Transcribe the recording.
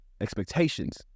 expectations